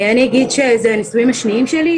אני אגיד שאלה הנישואים השניים שלי,